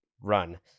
run